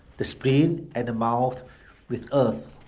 the spleen and the mouth with earth.